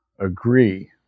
agree